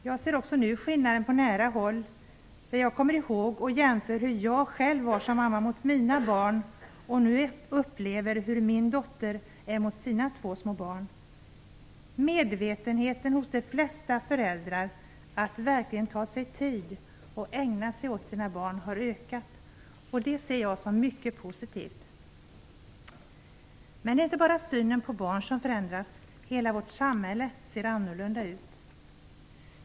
Jag ser också nu skillnaden på nära håll, där jag kommer ihåg och jämför med hur jag själv var som mamma mot mina barn. Nu upplever jag hur min dotter är mot sina två små barn. Medvetenheten hos de flesta föräldrar att verkligen ta sig tid att ägna sig åt sina barn har ökat. Det ser jag som mycket positivt. Men det är ju inte bara synen på barn som har förändrats; hela vårt samhälle ser annorlunda ut.